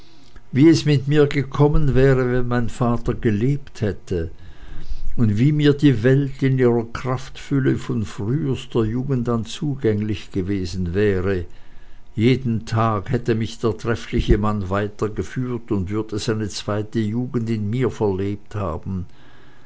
wie es mit mir gekommen wäre wenn mein vater gelebt hätte und wie mir die welt in ihrer kraftfülle von frühester jugend an zugänglich gewesen wäre jeden tag hätte mich der treffliche mann weitergeführt und würde seine zweite jugend in mir verlebt haben